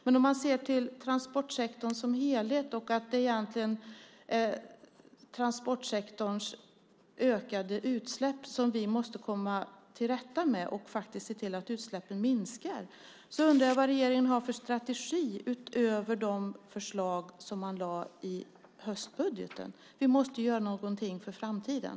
Men om vi ser till transportsektorn som helhet, och att det egentligen är transportsektorns ökade utsläpp vi måste komma till rätta med så att de i stället minskar, undrar jag vad regeringen har för strategi utöver de förslag som lades fram i höstbudgeten. Vi måste göra någonting för framtiden.